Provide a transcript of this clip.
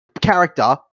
character